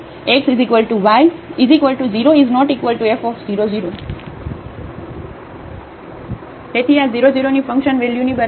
xy→00fxyalongxy0≠f00 તેથી આ 0 0 ની ફંકશન વેલ્યુની બરાબર નથી